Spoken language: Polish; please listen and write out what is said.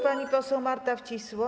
Pani poseł Marta Wcisło.